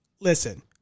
Listen